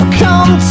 come